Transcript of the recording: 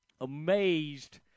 amazed